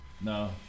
No